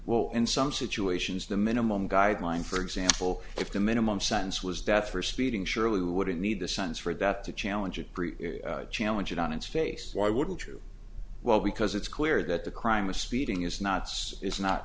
will in some situations the minimum guideline for example if the minimum sentence was death for speeding surely we wouldn't need the sense for that to challenge a challenge and on its face why wouldn't you well because it's clear that the crime of speeding is knots is not